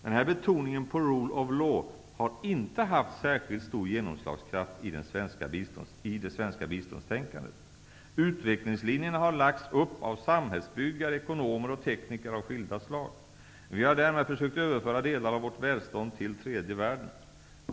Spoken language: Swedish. Den här betoningen på ''rule of law'' har inte haft särskilt stor genomslagskraft i det svenska biståndstänkandet. Utvecklingslinjerna har lagts upp av samhällsbyggare, ekonomer och tekniker av skilda slag. Vi har därmed försökt överföra delar av vårt välstånd till tredje världen.